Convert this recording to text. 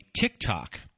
TikTok